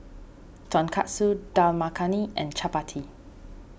Tonkatsu Dal Makhani and Chapati